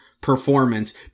performance